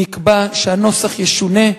נקבע שהנוסח ישונה,